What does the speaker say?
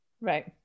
Right